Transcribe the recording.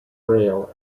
rail